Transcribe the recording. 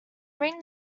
ring